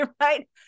right